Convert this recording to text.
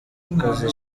akazi